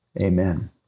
Amen